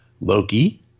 Loki